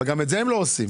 אבל גם את זה לא עושים.